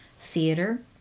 theater